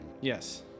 yes